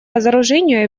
разоружению